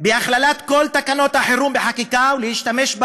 בהכללת כל תקנות החירום בחקיקה ושימוש בה